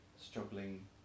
struggling